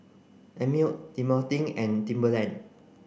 Einmilk Dequadin and Timberland